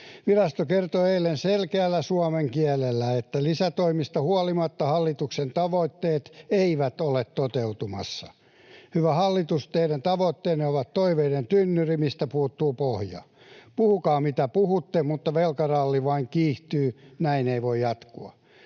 Virasto kertoi eilen selkeällä suomen kielellä, että lisätoimista huolimatta hallituksen tavoitteet eivät ole toteutumassa. Hyvä hallitus, teidän tavoitteenne ovat toiveiden tynnyri, miltä puuttuu pohja. Puhukaa mitä puhutte, mutta velkaralli vain kiihtyy. Näin ei voi jatkua.